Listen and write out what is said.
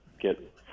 get